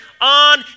on